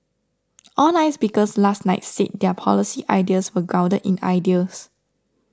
all nine speakers last night said their policy ideas were grounded in ideals